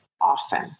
often